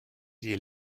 die